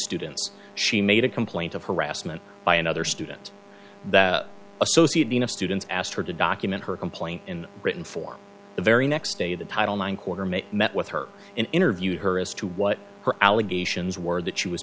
students she made a complaint of harassment by another student the associate dean of students asked her to document her complaint in britain for the very next day the title nine quarter made met with her and interviewed her as to what her allegations were that she was